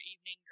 evening